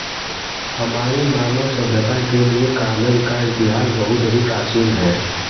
हमारी मानव सभ्यता के लिए कागज का इतिहास बहुत ही प्राचीन है